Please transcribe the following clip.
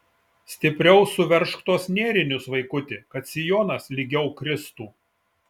stipriau suveržk tuos nėrinius vaikuti kad sijonas lygiau kristų